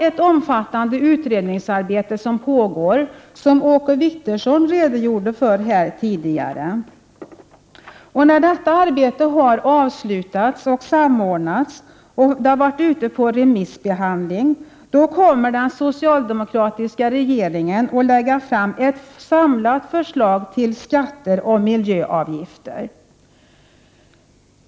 Ett omfattande utredningsarbete pågår, vilket Åke Wictorsson här tidigare redogjorde för. När detta arbete har avslutats och samordnats och blivit föremål för remissbehandling, kommer den socialdemokratiska regeringen att lägga fram ett samlat förslag om miljöskatter och miljöavgifter.